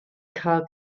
cael